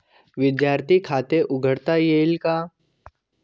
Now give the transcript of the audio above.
विद्यार्थी खाते उघडता येईल का?